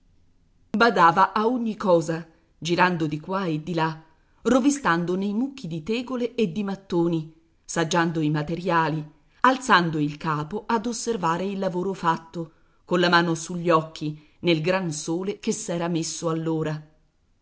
conti badava a ogni cosa girando di qua e di là rovistando nei mucchi di tegole e di mattoni saggiando i materiali alzando il capo ad osservare il lavoro fatto colla mano sugli occhi nel gran sole che s'era messo allora